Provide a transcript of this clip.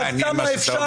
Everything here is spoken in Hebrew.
עד כמה אפשר,